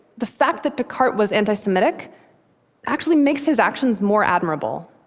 the fact that picquart was anti-semitic actually makes his actions more admirable,